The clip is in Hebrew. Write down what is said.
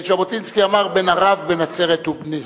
ז'בוטינסקי אמר: "בן ערב, בן נצרת ובני".